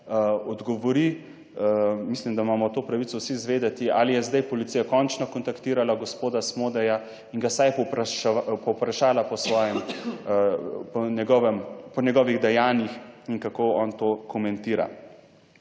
odgovori, mislim, da imamo to pravico vsi izvedeti, ali je zdaj policija končno kontaktirala gospoda Smodeja in ga vsaj povprašala po njegovih dejanjih in kako on to komentira.